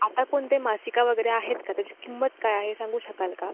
आता कोणते मासिक वगैरे आहेत का त्याची किंमत काय आहे सांगू शकाल का